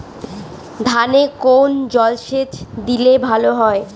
ধানে কোন জলসেচ দিলে ভাল হয়?